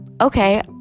okay